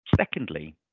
Secondly